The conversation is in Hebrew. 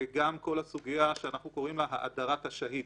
גם כל הסוגיה שאנחנו קוראים לה "האדרת השהיד".